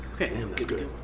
Okay